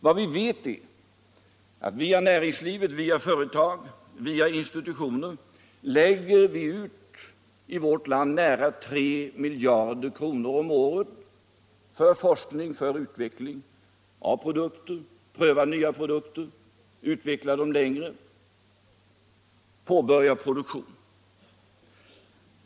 Vad vi vet är att vi i vårt land via företag och institutioner lägger ut nära 3 miljarder om året för forskning och för utveckling av produkter, för att pröva nya produkter och vidareutveckla dem och så småningom påbörja produktionen.